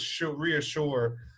reassure